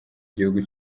gihugu